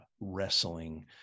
wrestling